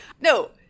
No